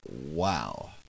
wow